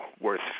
worth